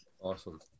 Awesome